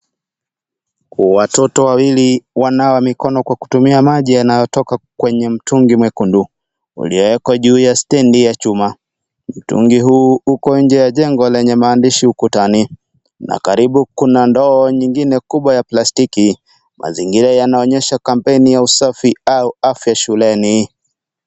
Watoto wawili wanawake mikono kwa kutumia maji yanatoka kwenye mtungi mwekundu ulioekwa juu kwenye stendi ya chuma mtungi huu uko nje ya jengo lenye maandishi ukutani na karibu Kuna ndoo nyingine kubwa ya plastiki mazingira yanaonyesha kampeini ya usafi au afya shuleni.